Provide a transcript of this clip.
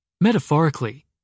Metaphorically